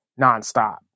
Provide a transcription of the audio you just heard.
nonstop